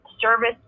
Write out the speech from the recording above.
service